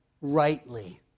rightly